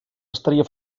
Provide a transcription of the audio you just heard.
estaria